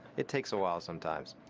it takes a while sometimes.